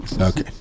Okay